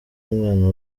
umwana